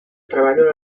treballo